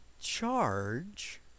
charge